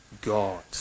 God